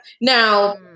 Now